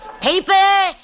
Paper